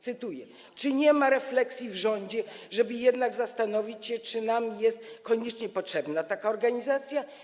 Cytuję: Czy nie ma refleksji w rządzie, żeby jednak zastanowić się, czy nam jest koniecznie potrzebna taka organizacja?